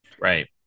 Right